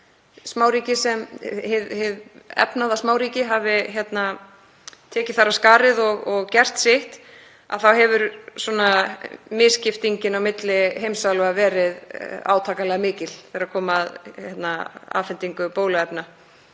meta að hið efnaða smáríki hafi tekið af skarið og gert sitt, þá hefur misskiptingin á milli heimsálfa verið átakanlega mikil þegar kom að afhendingu bóluefna